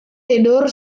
tidur